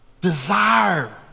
Desire